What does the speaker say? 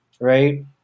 right